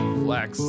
flex